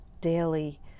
daily